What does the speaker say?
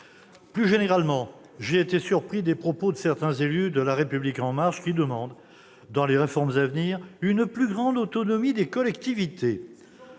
Plus généralement, j'ai été surpris des propos de certains élus de La République En Marche qui demandent, dans les réformes à venir, une plus grande autonomie des collectivités.